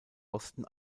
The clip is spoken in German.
boston